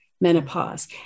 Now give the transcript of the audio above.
menopause